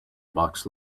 bucks